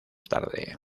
tarde